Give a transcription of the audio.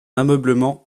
ameublement